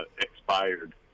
expired